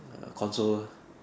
err console